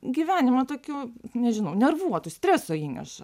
gyvenimą tokiu nežinau nervuotu streso įneša